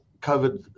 COVID